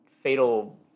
fatal